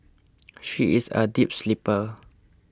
she is a deep sleeper